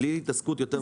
בלי התעסקות יותר מידי.